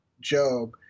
Job